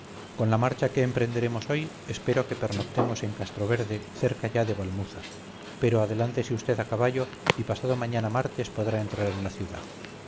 con la marcha que emprenderemos hoy espero que pernoctemos en castroverde cerca ya de valmuza pero adelántese usted a caballo y pasado mañana martes podrá entrar en la ciudad